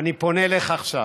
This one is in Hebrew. אני פונה אליך עכשיו,